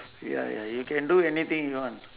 ya ya you can do anything you want